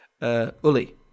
Uli